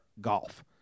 golf